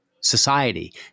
society